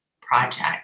Project